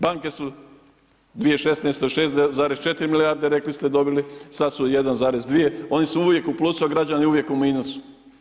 Banke su 2016. 6,4 milijarde rekli ste dobili, sad su 1,2, oni su uvijek u plusu, a građani uvijek u minusu.